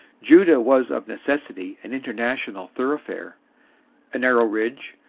judea was of necessity an international thoroughfare a narrow ridge,